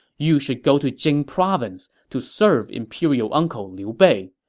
you should go to jing province to serve imperial uncle liu bei.